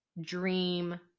dream